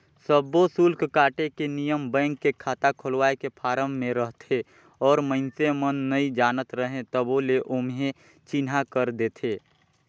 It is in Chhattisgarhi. सब्बो सुल्क काटे के नियम बेंक के खाता खोलवाए के फारम मे रहथे और मइसने मन नइ जानत रहें तभो ले ओम्हे चिन्हा कर देथे